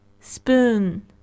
Spoon